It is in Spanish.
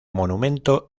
monumento